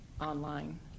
online